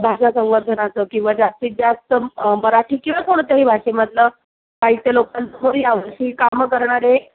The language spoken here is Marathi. भाषा संवर्धनाचं किंवा जास्तीत जास्त मराठी किंवा कोणत्याही भाषेमधलं साहित्य लोकांसमोर यावं अशी कामं करणारे